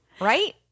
right